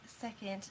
second